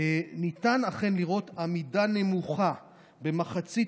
ניתן אכן לראות עמידה נמוכה במחצית